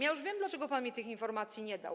Ja już wiem, dlaczego pan mi tych informacji nie dał.